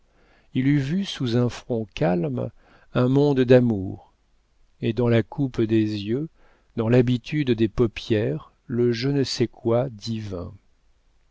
il eût vu sous un front calme un monde d'amour et dans la coupe des yeux dans l'habitude des paupières le je ne sais quoi divin